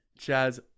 chaz